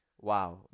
Wow